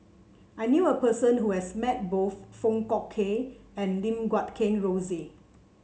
I knew a person who has met both Foong Fook Kay and Lim Guat Kheng Rosie